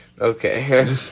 Okay